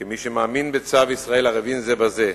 כמי שמאמין בצו "ישראל ערבין זה בזה",